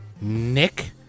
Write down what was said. Nick